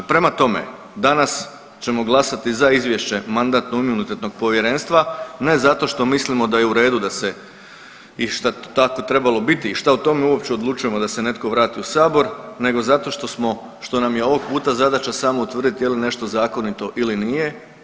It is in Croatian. Prema tome, danas ćemo glasati za izvješće Mandatno-imunitetnog povjerenstva ne zato što mislimo da je u redu da se, i šta tako trebalo biti i šta o tome uopće odlučujemo da se netko vrati u sabor, nego zato što smo, što nam je ovog puta zadaća samo utvrditi je li nešto zakonito ili nije.